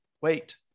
wait